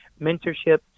mentorship